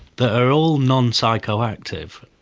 that are all non-psychoactive.